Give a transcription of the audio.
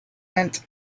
went